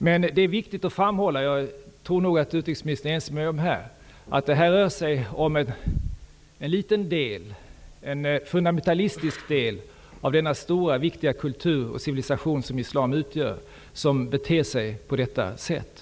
Men det är viktigt att framhålla -- jag tror nog att utrikesministern är ense med mig -- att det här rör sig om en liten, fundamentalistisk del av denna stora, viktiga kultur och civilisation som islam utgör, som beter sig på detta sätt.